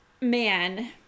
man